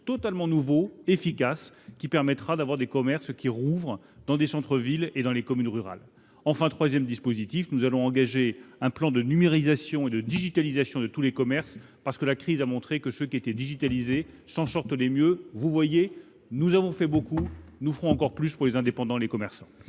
totalement nouveau, efficace et qui permettra de voir des commerces rouvrir dans les centres-villes et les communes rurales. Enfin, nous allons engager un plan de numérisation et de digitalisation de tous les commerces. En effet, la crise a montré que ceux qui sont digitalisés s'en sortent le mieux. Vous le voyez, nous avons fait beaucoup. Nous ferons davantage encore pour les indépendants et les commerçants